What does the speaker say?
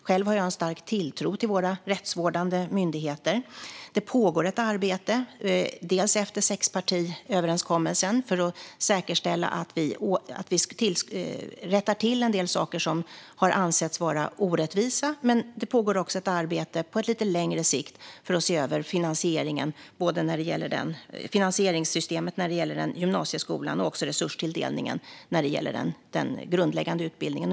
Själv har jag en stark tilltro till våra rättsvårdande myndigheter. Det pågår ett arbete, dels efter sexpartiöverenskommelsen för att rätta till en del saker som har ansetts vara orättvisa, dels på lite längre sikt för att se över både finansieringssystemet när det gäller gymnasieskolan och resurstilldelningen när det gäller den grundläggande utbildningen.